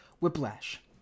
Whiplash